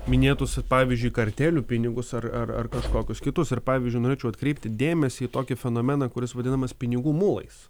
minėtus pavyzdžiui kartelių pinigus ar ar ar kažkokius kitus ir pavyzdžiui norėčiau atkreipti dėmesį į tokį fenomeną kuris vadinamas pinigų mulais